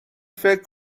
فکر